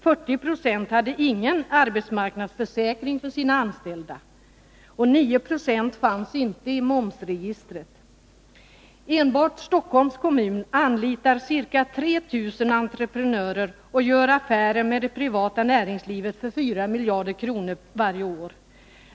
40 96 hade ingen arbetsmarknadsförsäkring för sina anställda, och 9 96 fanns inte i momsregistret. Enbart Stockholms kommun anlitar ca 3 000 entreprenörer och gör affärer med det privata näringslivet för 4 miljarder kronor varje år.